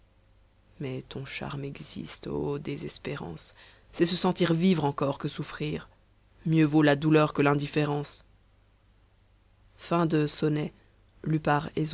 mais ton charme existe désespérance c'est se sentir vivre encor que souffrir mieux vaut la douleur que l'indifférence